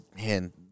man